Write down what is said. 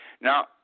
Now